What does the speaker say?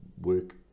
work